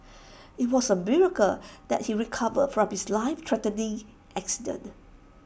IT was A miracle that he recovered from his life threatening accident